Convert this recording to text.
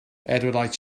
edward